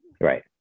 Right